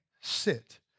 Sit